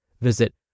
Visit